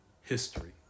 history